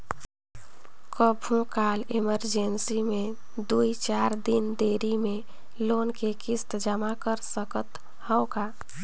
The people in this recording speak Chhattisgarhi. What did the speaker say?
कभू काल इमरजेंसी मे दुई चार दिन देरी मे लोन के किस्त जमा कर सकत हवं का?